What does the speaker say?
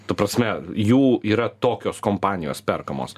ta prasme jų yra tokios kompanijos perkamos